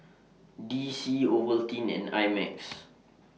D C Ovaltine and I Max